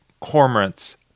Cormorants